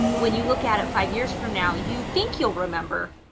when you look at it five years from now, you think you'll remember,